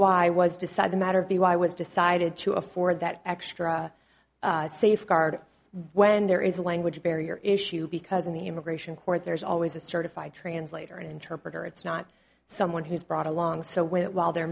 why was decide the matter of the why was decided to afford that extra safeguard when there is a language barrier issue because in the immigration court there's always a certified translator an interpreter it's not someone who's brought along so when it while the